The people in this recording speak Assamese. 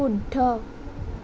শুদ্ধ